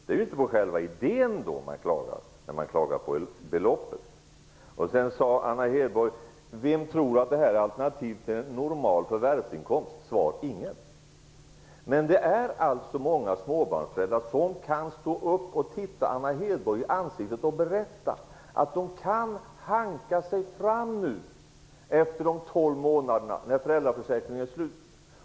Det är inte på själva idén man klagar när man klagar på beloppet. Anna Hedborg undrade vem som tror att vårdnadsbidraget är ett alternativ till en normal förvärvsinkomst. Svar: ingen. Men det är många småbarnsföräldrar som kan stå upp och titta Anna Hedborg i ansiktet och berätta att de nu kan hanka sig fram efter de tolv månaderna när föräldraförsäkringen är slut.